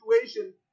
situation